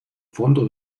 fondo